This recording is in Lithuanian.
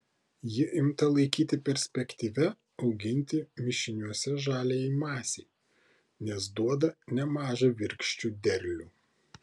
ji imta laikyti perspektyvia auginti mišiniuose žaliajai masei nes duoda nemažą virkščių derlių